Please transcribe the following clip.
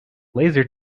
laser